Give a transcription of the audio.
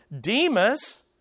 Demas